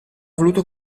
voluto